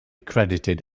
credited